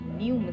new